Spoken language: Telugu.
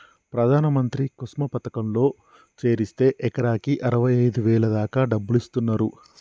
ప్రధాన మంత్రి కుసుమ పథకంలో చేరిస్తే ఎకరాకి అరవైఐదు వేల దాకా డబ్బులిస్తున్నరు